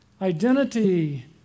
Identity